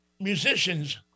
musicians